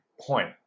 point